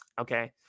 okay